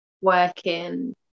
working